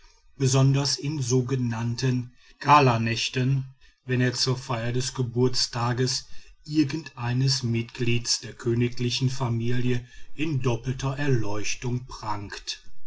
besonders in sogenannten galanächsten wenn er zur feier des geburtstages irgend eines mitglieds der königlichen familie in doppelter erleuchtung prangt